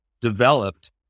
developed